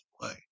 play